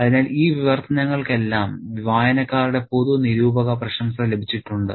അതിനാൽ ഈ വിവർത്തനങ്ങൾക്കെല്ലാം വായനക്കാരുടെ പൊതു നിരൂപക പ്രശംസ ലഭിച്ചിട്ടുണ്ട്